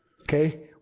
Okay